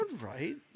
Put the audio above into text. right